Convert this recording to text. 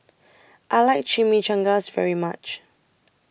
I like Chimichangas very much